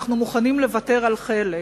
אנחנו מוכנים לוותר על חלק.